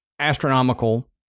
astronomical